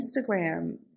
instagram